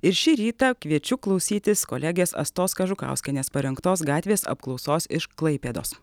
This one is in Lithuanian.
ir šį rytą kviečiu klausytis kolegės astos kažukauskienės parengtos gatvės apklausos iš klaipėdos